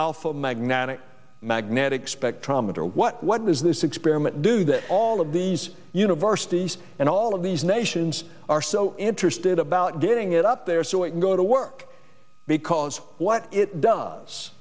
alpha magnetic magnetic spectrometer what what does this experiment do that all of these universities and all of these nations are so interested about getting it up there so it can go to work because what it does